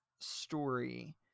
story